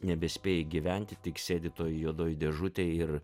nebespėji gyventi tik sėdi toj juodoj dėžutėj ir